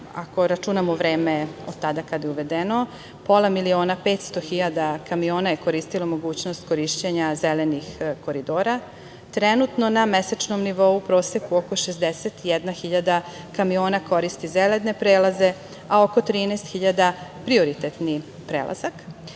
ako računamo vreme od tada kada je uvedeno, pola miliona, 500 hiljada kamiona je koristilo mogućnost korišćenja zelenih koridora. Trenutno na mesečnom nivou u proseku oko 61 hiljada kamiona koristi zelene prelaze, a oko 13 hiljada prioritetnih prelazak.